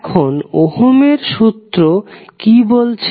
এখন ওহমের সূত্র কি বলছে